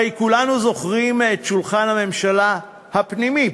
הרי כולנו זוכרים את שולחן הממשלה הפנימי,